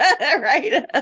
right